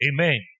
Amen